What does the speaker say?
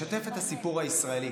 לשתף את הסיפור הישראלי.